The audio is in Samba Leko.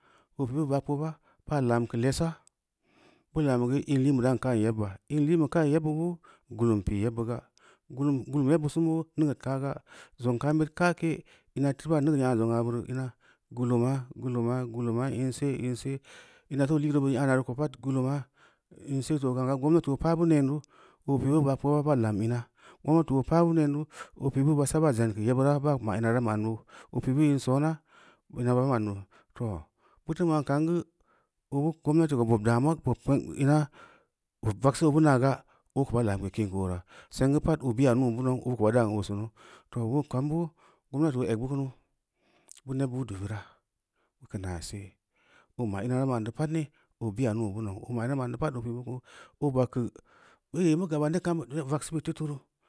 Boo pi bu ba kpogba, baa lam keu lesa bu lami geu in liin buram ka’am yebba in liin ka’i yebba bo gulum pii yebbu ga, gulum gulum yebbu singu neugeud ka’ga. Zong kam bid ka’ke, ina teu baa neugeud nyana zong aburo ina guluma, guluma guluma, in see, in see, in teu liiroo nyareu ko pad guluma in sed too, gumnati oo paa neenu, oo bi bu ba’kpoba baa lam ina gomnati oo paa bu neen duu, oo pibu basa baa zam keu yebura, baa ma’ ina ra ma’nnou, oo pi bu in soona, ina ba ma’n neu, too butu ma’n kam geu, gomnati ko bob damuwa ina bob vagseu obu naa ga, obu ko baa lumlu kin geu oora seng geu pad oo bio nuu bu nuu, obu ko ba dan oo sunu, to kanboo gomnati oo egbu kunu, bu neb buudbe bira, bu keu naasee, boo ma’ ina ra ma’n neu pad ni, oo bi’a nuu bu nou, oo ma’ina ra ma’n neu pad oo pi’ bu kuu, oo bag geu, ehhi mu gaba neb ka’mu bid vegseu bid teu turu